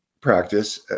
practice